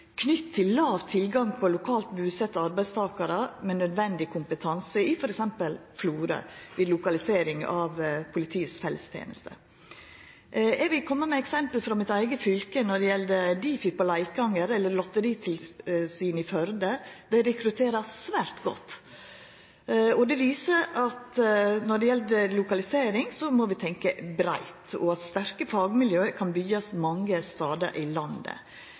knytt til låg tilgang på lokalt busette arbeidstakarar med nødvendig kompetanse – i f.eks. Florø – i lokalisering av Politiets fellestenester. Eg vil kome med eksempel frå mitt eige fylke når det gjeld Difi på Leikanger og Lotteritilsynet i Førde. Dei rekrutterer svært godt, og det viser at når det gjeld lokalisering, må vi tenkje breitt, og tenkje at sterke fagmiljø kan byggjast mange stader i landet.